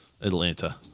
Atlanta